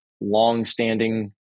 longstanding